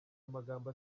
amagambo